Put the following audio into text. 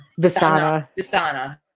Vistana